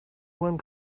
one